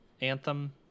Anthem